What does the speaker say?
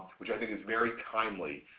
which i think is very timely.